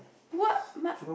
what my